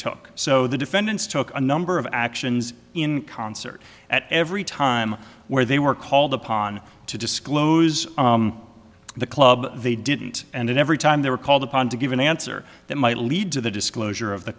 took so the defendants took a number of actions in concert at every time they were called upon to disclose the club they didn't and every time they were called upon to give an answer that might lead to the disclosure of the